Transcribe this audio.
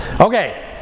Okay